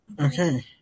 okay